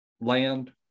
land